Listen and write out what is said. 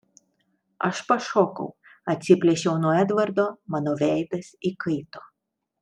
aš pašokau atsiplėšiau nuo edvardo mano veidas įkaito